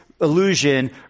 illusion